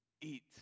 eat